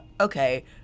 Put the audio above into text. okay